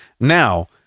Now